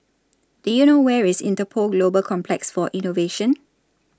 Do YOU know Where IS Interpol Global Complex For Innovation